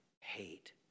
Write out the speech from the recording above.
hate